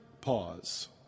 pause